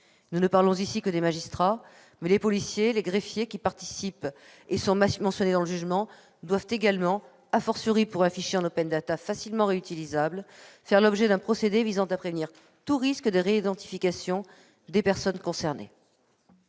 Nous ne parlons ici que des magistrats, mais les policiers et les greffiers qui interviennent au cours de la procédure et sont mentionnés dans le jugement doivent également, avec un fichier en facilement réutilisable, faire l'objet d'un procédé visant à prévenir tout risque de réidentification des personnes concernées.